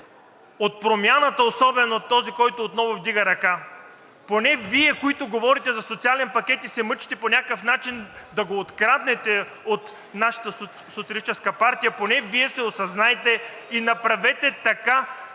от „Промяната“ особено, този, който отново вдига ръка. Поне Вие, които говорите за социален пакет и се мъчите по някакъв начин да го откраднете от нашата социалистическа партия, поне Вие се осъзнайте и направете така,